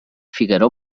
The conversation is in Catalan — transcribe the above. figaró